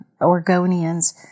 Oregonians